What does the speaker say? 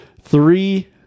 three